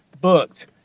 booked